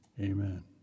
Amen